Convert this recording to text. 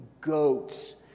goats